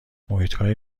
محیطهای